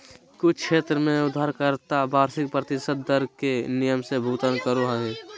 कुछ क्षेत्र में उधारकर्ता वार्षिक प्रतिशत दर के नियम से भुगतान करो हय